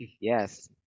Yes